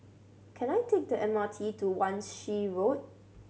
can I take the M R T to Wan Shih Road